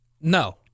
No